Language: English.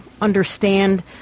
understand